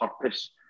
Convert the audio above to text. purpose